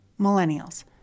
Millennials